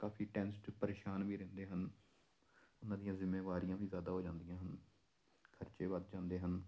ਕਾਫ਼ੀ ਟੈਨਸਡ ਪਰੇਸ਼ਾਨ ਵੀ ਰਹਿੰਦੇ ਹਨ ਉਹਨਾਂ ਦੀਆਂ ਜਿੰਮੇਵਾਰੀਆਂ ਵੀ ਜ਼ਿਆਦਾ ਹੋ ਜਾਂਦੀਆਂ ਹਨ ਖ਼ਰਚੇ ਵੱਧ ਜਾਂਦੇ ਹਨ